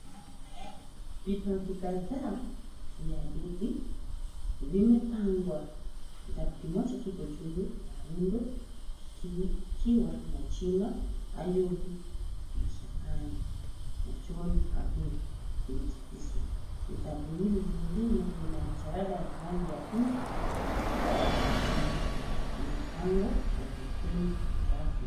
Vitabu kadhaa vya hadithi vimepangwa. Kitabu kimoja kiko juu ya rundo kikiwa na jina Ayubu Mashakani na John Habwe kimechapishwa. Vitabu hivi vingine vina majalada ya rangi ya pinki na ya machungwa. Vimepangwa kwa umakini kwenye rafu.